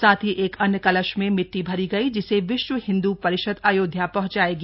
साथ ही एक अन्य कलश में मिट्टी भरी गई जिसे विश्व हिंदू परिषद अयोध्या पहंचाएगी